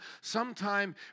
sometime